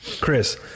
Chris